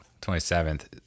27th